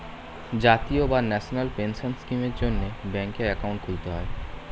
জাতীয় বা national pension স্কিমের জন্যে ব্যাঙ্কে অ্যাকাউন্ট খুলতে হয়